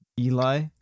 Eli